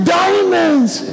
diamonds